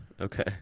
Okay